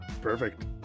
Perfect